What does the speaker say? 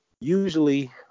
usually